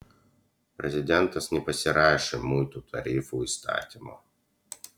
prezidentas nepasirašė muitų tarifų įstatymo